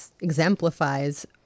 exemplifies